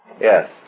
Yes